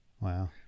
wow